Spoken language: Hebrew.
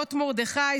נאות מרדכי,